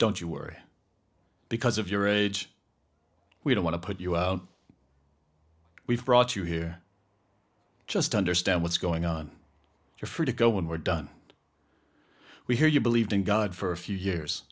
don't you worry because of your age we don't want to put you out we've brought you here just to understand what's going on you're free to go when we're done we hear you believed in god for a few years